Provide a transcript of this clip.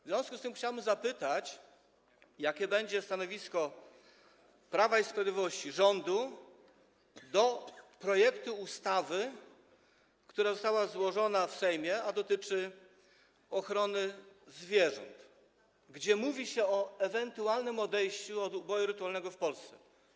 W związku z tym chciałem zapytać, jakie będzie stanowisko Prawa i Sprawiedliwości, rządu wobec projektu ustawy, który został złożony w Sejmie, a dotyczy ochrony zwierząt i mówi się w nim o ewentualnym odejściu od uboju rytualnego w Polsce.